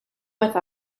with